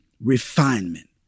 refinement